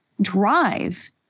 drive